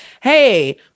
hey